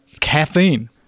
caffeine